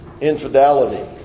infidelity